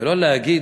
ולא להגיד: